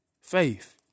faith